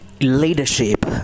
leadership